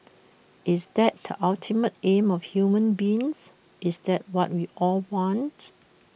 is that the ultimate aim of human beings is that what we all want